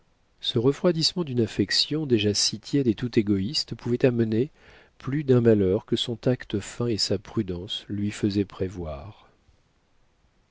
ce refroidissement d'une affection déjà si tiède et tout égoïste pouvait amener plus d'un malheur que son tact fin et sa prudence lui faisaient prévoir